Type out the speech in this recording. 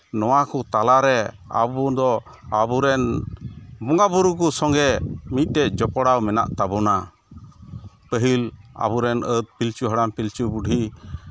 ᱱᱚᱣᱟ ᱠᱚ ᱛᱟᱞᱟ ᱨᱮ ᱟᱵᱚ ᱫᱚ ᱟᱵᱚᱨᱮᱱ ᱵᱚᱸᱜᱟ ᱵᱩᱨᱩ ᱠᱚ ᱥᱚᱸᱜᱮ ᱢᱤᱫᱴᱮᱡ ᱡᱚᱯᱲᱟᱣ ᱢᱮᱱᱟᱜ ᱛᱟᱵᱚᱱᱟ ᱯᱟᱹᱦᱤᱞ ᱟᱵᱚᱨᱮᱱ ᱟᱹᱫ ᱯᱤᱞᱪᱩ ᱦᱟᱲᱟᱢ ᱯᱤᱞᱪᱩ ᱵᱩᱰᱷᱤ